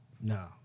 No